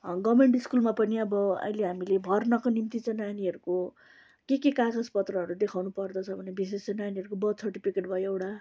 government स्कुलमा पनि अब अहिले हामीले भर्नाको निम्ति चाहिँ नानीहरूको के के कागज पत्रहरू देखाउनु पर्दछ भने विशेष चाहिँ नानीहरूको बर्थ सर्टिफिकेट भयो एउटा